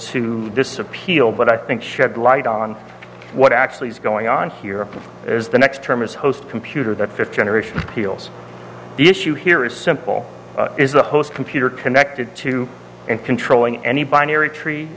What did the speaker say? to this appeal but i think shed light on what actually is going on here as the next term is host computer that fifth generation feels the issue here is simple is the host computer connected to and controlling any binary tree